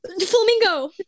Flamingo